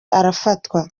arafatwa